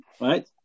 right